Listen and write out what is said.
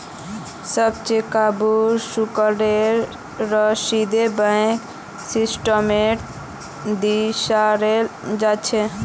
सब चेकबुक शुल्केर रसीदक बैंकेर स्टेटमेन्टत दर्शाल जा छेक